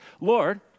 Lord